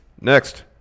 Next